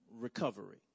recovery